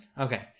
Okay